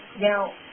Now